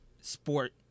sport